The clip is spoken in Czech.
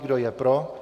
Kdo je pro?